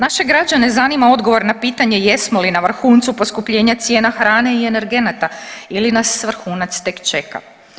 Naše građane zanima odgovor na pitanje jesmo li na vrhuncu poskupljenja cijena hrane i energenata ili nas vrhunac tek čeka?